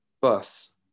bus